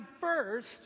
first